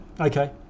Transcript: Okay